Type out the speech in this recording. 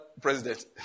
president